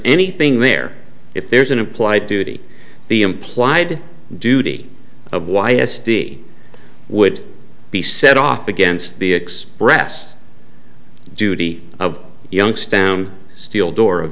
anything there if there's an implied duty the implied duty of y s d would be set off against the expressed duty of young stam steel door of